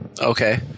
Okay